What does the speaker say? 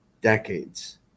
decades